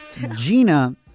Gina